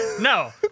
No